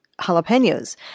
jalapenos